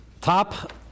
Top